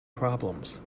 problems